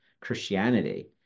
Christianity